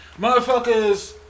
Motherfuckers